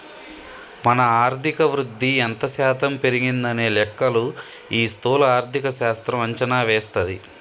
మన ఆర్థిక వృద్ధి ఎంత శాతం పెరిగిందనే లెక్కలు ఈ స్థూల ఆర్థిక శాస్త్రం అంచనా వేస్తది